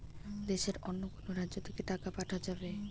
দেশের অন্য কোনো রাজ্য তে কি টাকা পাঠা যাবে?